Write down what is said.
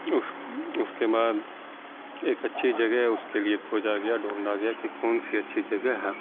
اس اس کے بعد ایک اچھی جگہ اس کے لیے کھوجا گیا ڈھونڈا گیا کہ کونسی اچھی جگہ ہے